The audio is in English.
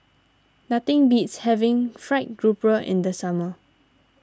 nothing beats having Fried Grouper in the summer